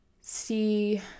see